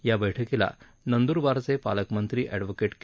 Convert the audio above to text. या बैठकीला नंदुरबारचे पालकमंत्री अॅडव्होकेट के